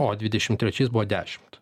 o dvidešim trečiais buvo dešimt